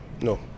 No